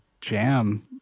jam